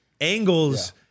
angles